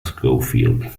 schofield